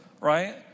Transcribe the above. right